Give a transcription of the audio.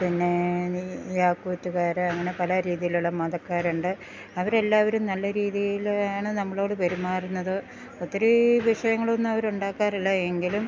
പിന്നെ നീയാ കൂറ്റ്കാർ അങ്ങനെ പല രീതിയിലുള്ള മതക്കാർ ഉണ്ട് അവർ എല്ലാവരും നല്ല രീതിയിലാണ് നമ്മളോട് പെരുമാറുന്നത് ഒത്തിരി വിഷയങ്ങൾ ഒന്നും അവർ ഉണ്ടാക്കാറില്ല എങ്കിലും